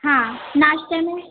हा नाश्ते में